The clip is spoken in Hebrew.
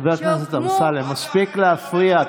חבר הכנסת אמסלם, מספיק להפריע.